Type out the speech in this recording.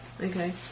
Okay